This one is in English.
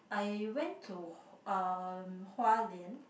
I went to uh Hua-Lian